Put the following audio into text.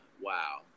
wow